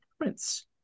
Prince